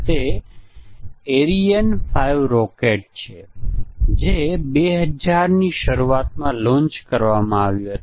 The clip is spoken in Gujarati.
આપણે કહીએ છીએ કે આપણા ટેસ્ટીંગ કેસોમાં સમસ્યા છે